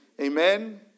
Amen